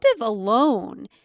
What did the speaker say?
alone